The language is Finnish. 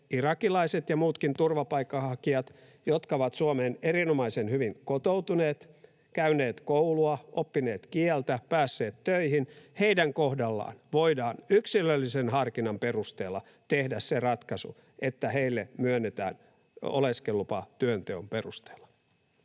irakilaiset ja muutkin turvapaikanhakijat, jotka ovat Suomeen erinomaisen hyvin kotoutuneet — käyneet koulua, oppineet kieltä, päässeet töihin. Heidän kohdallaan voidaan yksilöllisen harkinnan perusteella tehdä se ratkaisu, että heille myönnetään oleskelulupa työnteon perusteella.